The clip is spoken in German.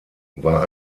war